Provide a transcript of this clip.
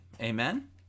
Amen